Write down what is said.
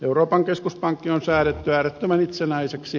euroopan keskuspankki on säädetty äärettömän itsenäiseksi